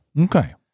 Okay